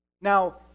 Now